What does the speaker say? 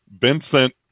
Vincent